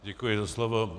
Děkuji za slovo.